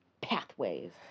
pathways